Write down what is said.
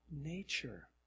Nature